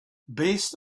based